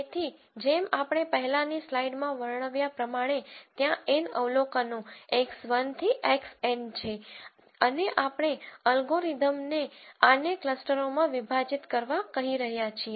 તેથી જેમ આપણે પહેલાની સ્લાઈડમાં વર્ણવ્યા પ્રમાણે ત્યાં N અવલોકનો x1 થી xN છે અને આપણે અલ્ગોરિધમને આને ક્લસ્ટરોમાં વિભાજીત કરવા કહી રહ્યા છીએ